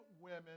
women